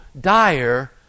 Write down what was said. dire